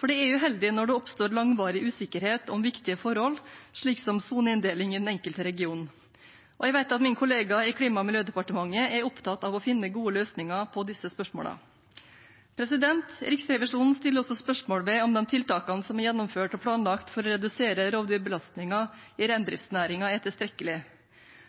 for det er uheldig når det oppstår langvarig usikkerhet om viktige forhold, slik som soneinndeling i den enkelte region. Jeg vet at min kollega i Klima- og miljødepartementet er opptatt av å finne gode løsninger på disse spørsmålene. Riksrevisjonen stiller også spørsmål ved om de tiltakene som er gjennomført og planlagt for å redusere rovdyrbelastningen i reindriftsnæringen, er tilstrekkelige.